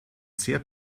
sehr